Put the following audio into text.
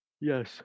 Yes